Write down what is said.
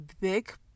big